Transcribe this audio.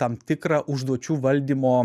tam tikrą užduočių valdymo